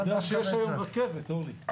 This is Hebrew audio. אני יודע שיש היום רכבת, אורלי.